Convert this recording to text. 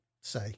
say